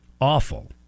awful